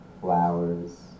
flowers